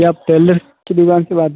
क्या आप टेलर की दुकान से बात कर रहे हैं